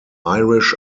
irish